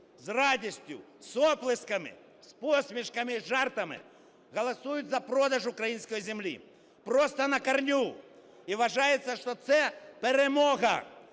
з радістю, з оплесками, з посмішками і жартами голосують за продаж української землі, просто на корню. І вважається, що це перемога.